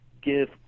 give